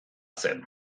zen